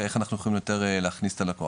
איך אנחנו יכולים יותר להכניס את הלקוח.